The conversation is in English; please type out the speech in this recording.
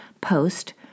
post